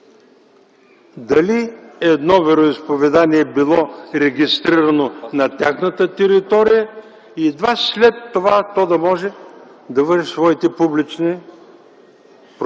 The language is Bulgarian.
дали едно вероизповедание било регистрирано на тяхната територия и едва след това да може то да води своите публични прояви.